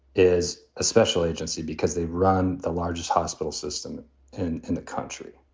is a special agency because they've run the largest hospital system in and the country.